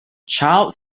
child